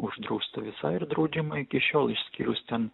uždrausta visai ir draudžiama iki šiol išskyrus ten